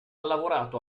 lavorato